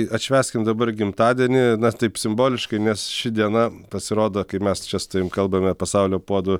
tai atšvęskim dabar gimtadienį na taip simboliškai nes ši diena pasirodo kai mes čia su tavim kalbame pasaulio puodų